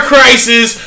Crisis